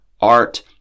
art